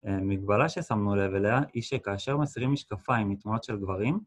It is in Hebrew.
מגבלה ששמנו לב אליה היא שכאשר מסירים משקפיים מתמונות של גברים